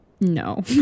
no